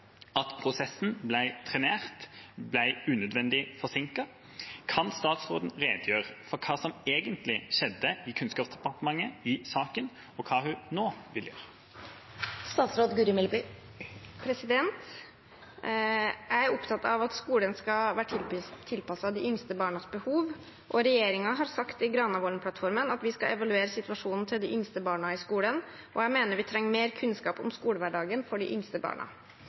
at prosessen ble trenert og unødvendig forsinka. Kan statsråden redegjøre for hva som egentlig skjedde i saken, og hva hun nå vil gjøre?» Jeg er opptatt av at skolen skal være tilpasset de yngste barnas behov. Regjeringen har sagt i Granavolden-plattformen at vi skal evaluere situasjonen til de yngste barna i skolen, og jeg mener vi trenger mer kunnskap om skolehverdagen for de yngste barna.